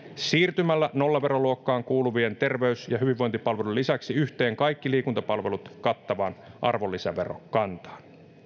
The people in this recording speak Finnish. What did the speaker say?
siirtymällä nollaveroluokkaan kuuluvien terveys ja hyvinvointipalveluiden lisäksi yhteen kaikki liikuntapalvelut kattavaan arvonlisäverokantaan